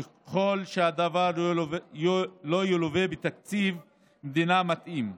ככל שהדבר לא ילֻווה בתקציב מדינה מתאים.